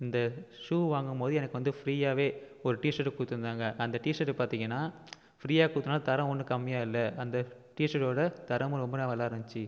இந்த ஷூ வாங்கும்போது எனக்கு வந்து ஃப்ரீயாகவே ஒரு டிஷட்டு கொடுத்துருந்தாங்க அந்த டிஷட்டை பார்த்தீங்கன்னா ஃப்ரீயாக கொடுத்தனால தரம் ஒன்றும் கம்மியாக இல்லை அந்த டிஷட்டோட தரமும் ரொம்ப நல்லா இருந்துச்சு